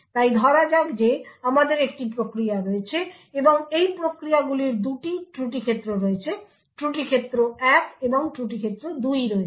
তাই ধরা যাক যে আমাদের একটি প্রক্রিয়া রয়েছে এবং এই প্রক্রিয়াগুলির 2টি ত্রুটি ক্ষেত্র রয়েছে ত্রুটি ক্ষেত্র 1 এবং ত্রুটি ক্ষেত্র 2 রয়েছে